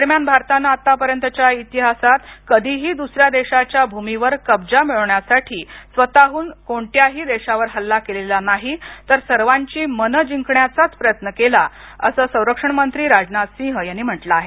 दरम्यान भारताने आतापर्यंतच्या इतिहासात कधीही दुसऱ्या देशाच्या भूमीवर कब्जा मिळवण्यासाठी स्वतः हून कोणत्याही देशावर हल्ला केलेला नाही तर सर्वांची मन जिंकण्याचाच प्रयत्न केला असं संरक्षण मंत्री राजनाथ सिंह यांनी म्हटलं आहे